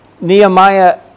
Nehemiah